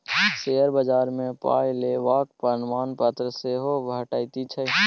share बजार मे पाय लगेबाक प्रमाणपत्र सेहो भेटैत छै